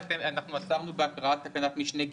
עצרנו בהקראת תקנת משנה (ג):